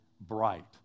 bright